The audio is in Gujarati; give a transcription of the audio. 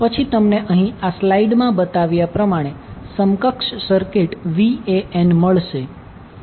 પછી તમને અહીં આ સ્લાઇડમાં બતાવ્યા પ્રમાણે સમકક્ષ સર્કિટ Van મળશે